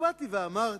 ובאתי ואמרתי: